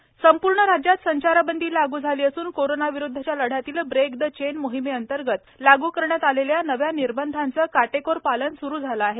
टाळेबंदी संपूर्ण राज्यात संचारबंदी लागू झाली असून कोरोना विरुद्धच्या लढ़यातील ब्रेक द चेन मोहिमे अंतर्गत लागू करण्यात आलेल्या नव्या निर्बंधांचं काटेकोर पालन स्रू झालं आहे